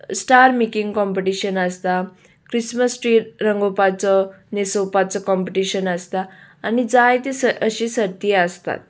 star making competition आसता Christmas tree रंगोवपाचो न्हेसोवपाचो कॉम्पिटिशन आसता आनी जायती अशी सर्ती आसतात